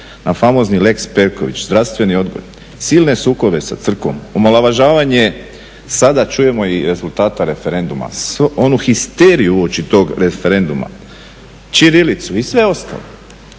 na famozni lex Perković, zdravstveni odgoj, silne sukobe sa Crkvom, omalovažavanje sada čujemo i rezultata referenduma, onu histeriju uoči tog referenduma, ćirilicu i sve ostalo.